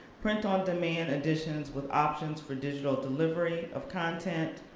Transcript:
print on demand additions with options for digital delivery of content,